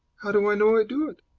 how do i know i do it?